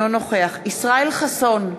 אינו נוכח ישראל חסון,